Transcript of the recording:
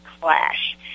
clash